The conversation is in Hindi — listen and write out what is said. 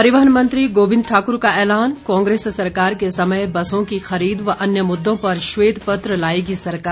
परिवहन मंत्री गोबिंद ठाकुर का ऐलान कांग्रेस सरकार के समय बसों की खरीद व अन्य मुद्दों पर श्वेत पत्र लाएगी सरकार